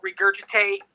regurgitate